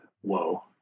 whoa